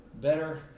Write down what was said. better